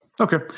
okay